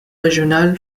régional